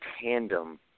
tandem